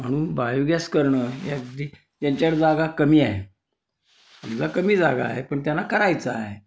म्हणून बायोगॅस करणं हे अगदी ज्यांच्याकडं जागा कमी आहे समजा कमी जागा आहे पण त्यांना करायचा आहे